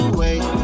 wait